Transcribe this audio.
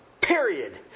period